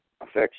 Affects